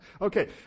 Okay